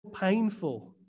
painful